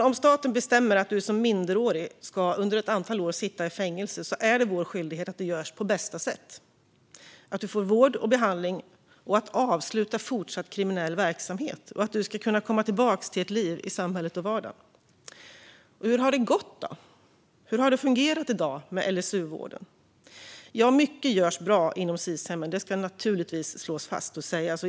Om staten bestämmer att du som minderårig under ett antal år ska sitta i fängelse är det vår skyldighet att se till att det görs på bästa sätt. Du ska få vård och behandling, avsluta kriminell verksamhet och kunna komma tillbaka till ett liv i samhället och vardagen. Hur har det gått? Hur fungerar det i dag med LSU-vården? Ja, mycket bra görs inom Sis-hemmen; det ska naturligtvis sägas och slås fast.